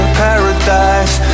paradise